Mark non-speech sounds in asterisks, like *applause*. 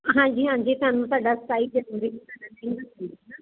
ਹਾਂਜੀ ਹਾਂਜੀ ਤੁਹਾਨੂੰ ਤੁਹਾਡਾ ਸਤਾਈ ਜਨਵਰੀ ਨੂੰ *unintelligible*